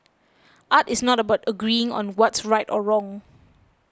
art is not about agreeing on what's right or wrong